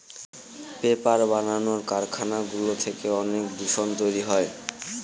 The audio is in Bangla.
পেপার বানানোর কারখানাগুলো থেকে অনেক দূষণ তৈরী হয়